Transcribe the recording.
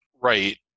Right